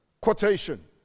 quotation